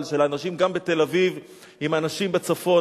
של האנשים גם בתל-אביב עם האנשים בצפון.